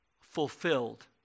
fulfilled